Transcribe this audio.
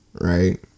right